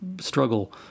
struggle